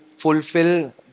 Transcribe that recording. fulfill